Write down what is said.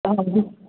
अजून